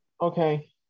Okay